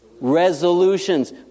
resolutions